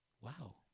Wow